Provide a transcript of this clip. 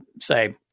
say